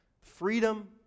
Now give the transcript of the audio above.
freedom